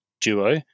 duo